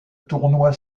tournoi